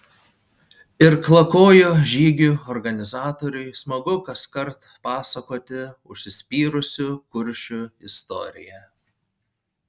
irklakojo žygių organizatoriui smagu kaskart pasakoti užsispyrusių kuršių istoriją